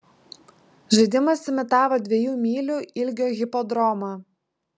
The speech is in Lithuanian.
žaidimas imitavo dviejų mylių ilgio hipodromą